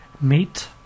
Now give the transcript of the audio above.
meet